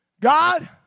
God